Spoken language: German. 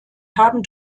haben